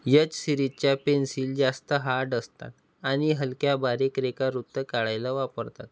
H शिरीजच्या pencil जास्त hard असतात आणि हलक्या बारीक रेखावृत्त काढायला वापरतात